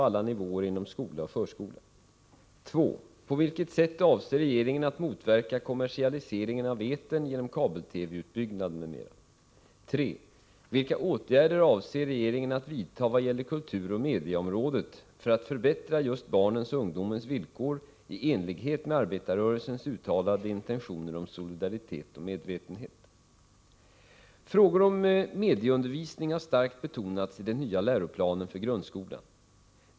Eva Hjelmström har frågat mig följande: Frågor om medieundervisning har starkt betonats i den nya läroplanen för grundskolan .